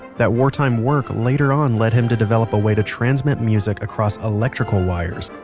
that wartime work later on led him to develop a way to transmit music across electrical wires.